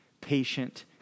patient